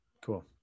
Cool